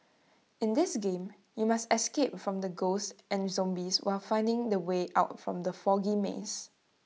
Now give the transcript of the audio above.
in this game you must escape from ghosts and zombies while finding the way out from the foggy maze